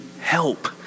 help